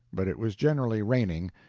but it was generally raining,